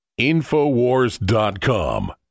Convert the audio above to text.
InfoWars.com